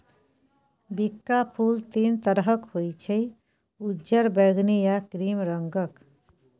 बिंका फुल तीन तरहक होइ छै उज्जर, बैगनी आ क्रीम रंगक